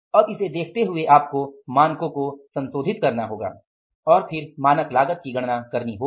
अब इसे देखते हुए आपको मानकों को संशोधित करना होगा और फिर मानक लागत की गणना करनी होगी